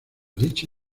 dicha